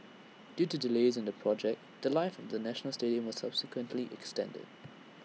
due to delays in the project The Life of the national stadium was subsequently extended